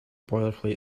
boilerplate